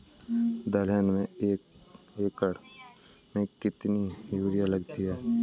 दलहन में एक एकण में कितनी यूरिया लगती है?